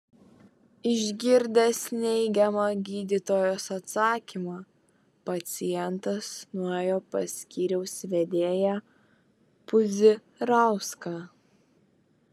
išgirdęs neigiamą gydytojos atsakymą pacientas nuėjo pas skyriaus vedėją puzirauską